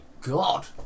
god